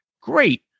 Great